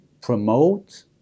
promote